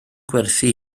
gwerthu